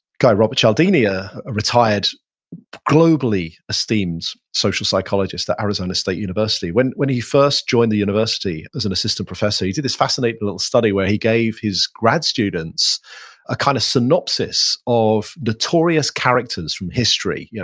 guy, robert cialdini, a retired globally esteemed social psychologist at arizona state university, when when he first joined the university as an assistant professor, he did this fascinating little study where he gave his grad students a kind of synopsis of notorious characters from history, yeah